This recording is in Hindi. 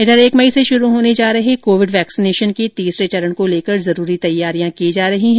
इधर एक मई से शुरू होने जा रहे कोविड वैक्सीनेशन के तीसरे चरण को लेकर जरूरी तैयारियां की जा रही हैं